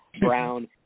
brown